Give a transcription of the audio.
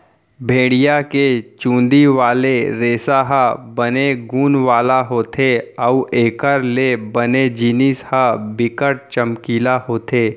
भेड़िया के चुंदी वाले रेसा ह बने गुन वाला होथे अउ एखर ले बने जिनिस ह बिकट चमकीला होथे